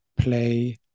play